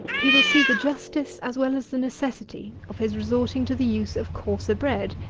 he will see the justice as well as the necessity of his resorting to the use of coarser bread,